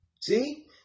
See